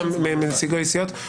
דווקא מנציגי סיעות,